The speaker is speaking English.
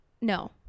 No